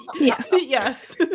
Yes